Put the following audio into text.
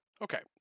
Okay